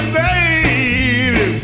baby